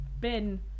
bin